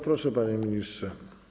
Proszę, panie ministrze.